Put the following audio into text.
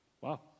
wow